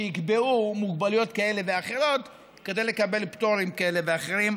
שיקבעו מוגבלויות כאלה ואחרות כדי לקבל פטורים כאלה ואחרים,